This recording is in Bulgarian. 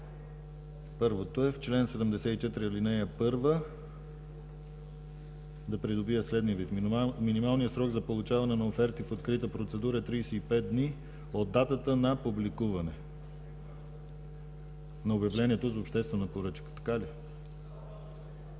предложение е чл. 74, ал. 1 да придобие следния вид: „Минималният срок за получаване на оферти в открита процедура е 35 дни от датата на публикуване на обявлението за обществена поръчка.” Моля,